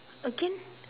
again